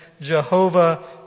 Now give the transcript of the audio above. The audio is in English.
Jehovah